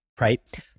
Right